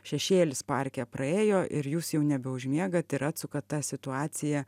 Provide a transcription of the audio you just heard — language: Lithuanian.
šešėlis parke praėjo ir jūs jau nebeužmiegat ir atsukat tą situaciją